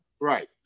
Right